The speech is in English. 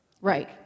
Right